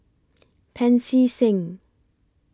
Pancy Seng